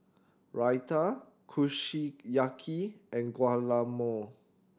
Raita Kushiyaki and Guacamole